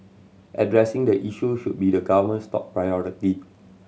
addressing the issue should be the government's top priority